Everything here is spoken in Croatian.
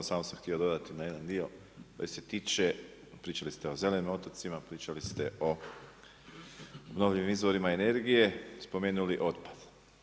Samo sam htio dodati na jedan dio koji se tiče pričali ste o zelenim otocima, pričali ste o obnovljivim izvorima energije, spomenuli otpad.